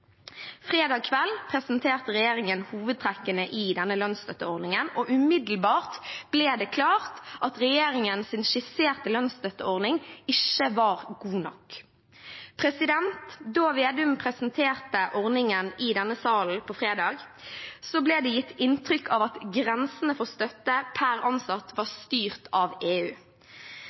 Fredag kveld presenterte regjeringen hovedtrekkene i denne lønnsstøtteordningen, og umiddelbart ble det klart at regjeringens skisserte lønnsstøtteordning ikke var god nok. Da statsråd Vedum presenterte ordningen i denne salen på fredag, ble det gitt inntrykk av at grensene for støtte per ansatt var styrt av EU.